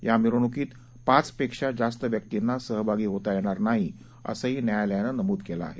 या मिरवणुकीत पाचपेक्षा जास्त व्यक्तींना सहभागी होता येणार नाही असंही न्यायालयानं नमूद केलं आहे